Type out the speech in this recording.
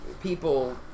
people